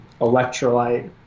electrolyte